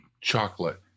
Chocolate